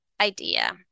idea